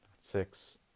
six